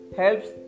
helps